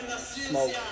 smoke